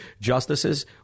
justices